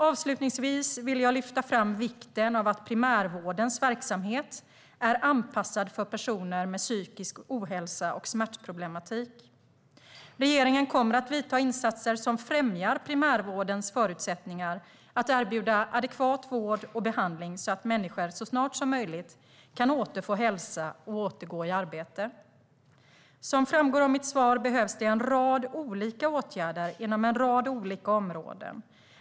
Avslutningsvis vill jag lyfta fram vikten av att primärvårdens verksamhet är anpassad för personer med psykisk ohälsa och smärtproblematik. Regeringen kommer att göra insatser som främjar primärvårdens förutsättningar att erbjuda adekvat vård och behandling så att människor så snart som möjligt kan återfå hälsa och återgå i arbete. Som framgår av mitt svar behövs det en rad olika åtgärder inom en rad olika områden.